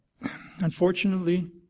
unfortunately